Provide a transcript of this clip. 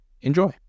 enjoy